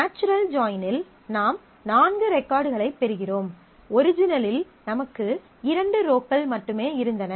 natural ஜாயினில் நாம் நான்கு ரெகார்ட்களைப் பெறுகிறோம் ஒரிஜினலில் நமக்கு இரண்டு ரோக்கள் மட்டுமே இருந்தன